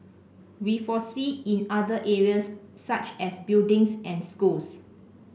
we foresee in other areas such as buildings and schools